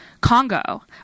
Congo